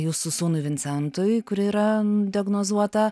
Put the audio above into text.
jūsų sūnui vincentui kuri yra diagnozuota